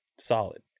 solid